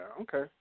Okay